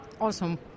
awesome